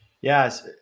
Yes